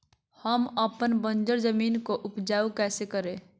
हम अपन बंजर जमीन को उपजाउ कैसे करे?